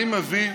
אני מבין,